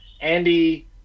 Andy